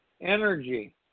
energy